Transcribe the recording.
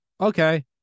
Okay